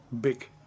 big